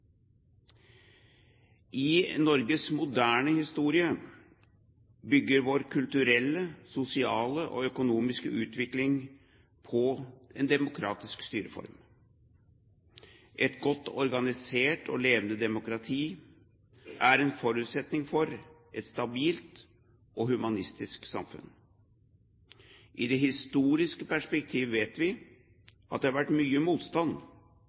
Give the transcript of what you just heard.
I Norges moderne historie bygger vår kulturelle, sosiale og økonomiske utvikling på en demokratisk styreform. Et godt organisert og levende demokrati er en forutsetning for et stabilt og humanistisk samfunn. I det historiske perspektiv vet vi at det har vært mye motstand,